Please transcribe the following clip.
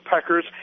peckers